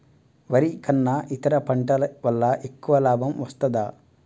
వరి కన్నా ఇతర పంటల వల్ల ఎక్కువ లాభం వస్తదా?